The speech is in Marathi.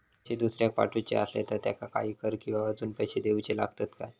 पैशे दुसऱ्याक पाठवूचे आसले तर त्याका काही कर किवा अजून पैशे देऊचे लागतत काय?